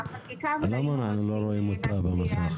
למה אנחנו לא רואים אותה במסך?